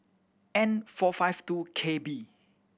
N four five two K B